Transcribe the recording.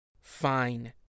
Fine